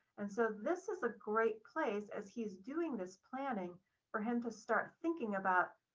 and so this is a great place as he's doing this planning for him to start thinking about